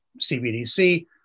CBDC